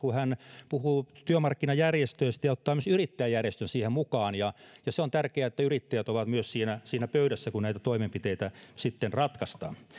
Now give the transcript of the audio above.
kun pääministeri puhui työmarkkinajärjestöistä ja otti myös yrittäjäjärjestön siihen mukaan ja se on tärkeää että myös yrittäjät ovat siinä siinä pöydässä kun näitä toimenpiteitä sitten ratkaistaan